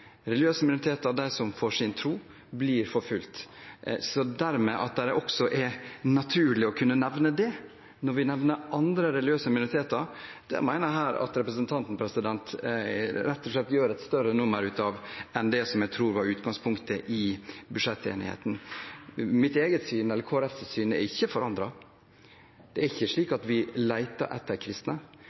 religiøse minoriteter, de som blir forfulgt for sin tro. Dermed er det også naturlig å nevne det når vi nevner andre religiøse minoriteter, og jeg mener at representanten her rett og slett gjør et større nummer av det enn det jeg tror var utgangspunktet i budsjettenigheten. Mitt eget syn, Kristelig Folkepartis syn, er ikke forandret. Det er ikke slik at vi leter etter kristne.